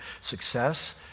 Success